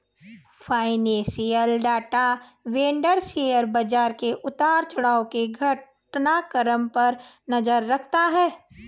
financial data vendor share बाजार के उतार चढ़ाव के घटनाक्रम पर नजर रखता है